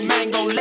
Mango